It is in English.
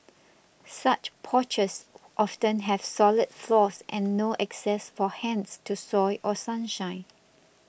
such porches often have solid floors and no access for hens to soil or sunshine